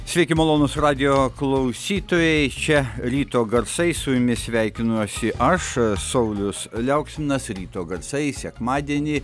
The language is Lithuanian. sveiki malonūs radijo klausytojai čia ryto garsai su jumis sveikinuosi aš saulius liauksminas ryto garsai sekmadienį